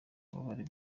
umubare